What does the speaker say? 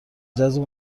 جذب